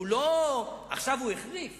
עכשיו הוא החריף